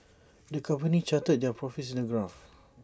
the company charted their profits in A graph